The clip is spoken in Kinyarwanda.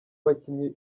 bakinnyi